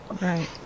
Right